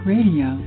Radio